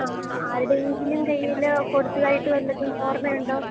ആ ആരുടെയെങ്കിലും കയ്യിൽ കൊടുത്തതായിട്ട് വല്ലതും ഓർമ്മയുണ്ടോ